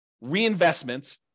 reinvestment